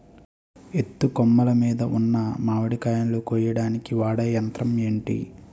ఎత్తు కొమ్మలు మీద ఉన్న మామిడికాయలును కోయడానికి వాడే యంత్రం ఎంటి?